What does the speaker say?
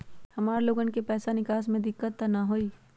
हमार लोगन के पैसा निकास में दिक्कत त न होई?